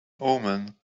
omen